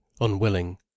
unwilling